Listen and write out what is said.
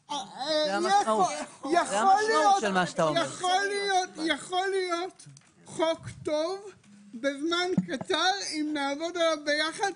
יכול להיות חוק טוב בזמן קצר, אם נעבוד עליו יחד.